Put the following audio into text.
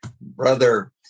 Brother